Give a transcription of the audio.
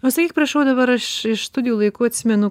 pasakyk prašau dabar aš iš studijų laikų atsimenu